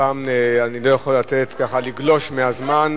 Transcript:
הפעם אני לא יכול לתת ככה לגלוש מהזמן.